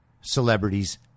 celebrities